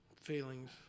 feelings